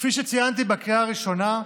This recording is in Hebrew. כפי שציינתי בקריאה הראשונה,